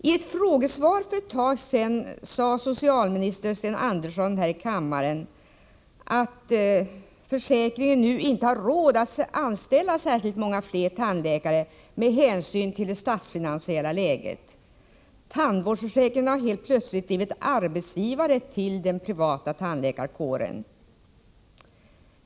I ett frågesvar för ett tag sedan sade socialminister Sten Andersson här i kammaren att försäkringen nu inte har råd att anställa särskilt många fler tandläkare, med hänsyn till det statsfinansiella läget. Tandvårdsförsäkringen har helt plötsligt blivit arbetsgivare till den privata tandläkarkåren.